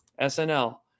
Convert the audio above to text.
SNL